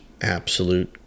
absolute